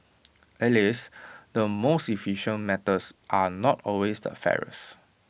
alas the most efficient methods are not always the fairest